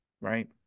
Right